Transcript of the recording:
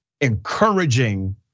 encouraging